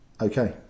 okay